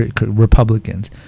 Republicans